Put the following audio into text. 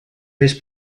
més